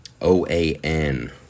OAN